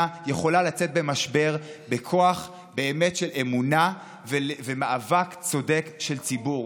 יכולה לצאת במשבר בכוח של אמונה ומאבק צודק של ציבור.